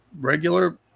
Regular